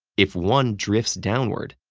if one drifts downward,